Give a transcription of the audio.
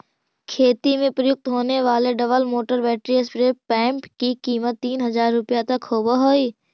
खेती में प्रयुक्त होने वाले double motor battery spray pump की कीमत तीन हज़ार रुपया तक होवअ हई